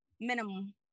minimum